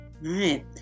right